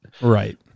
right